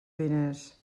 diners